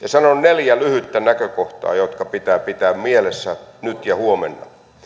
sanon neljä lyhyttä näkökohtaa jotka pitää pitää mielessä nyt ja huomenna